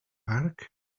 park